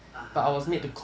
(uh huh)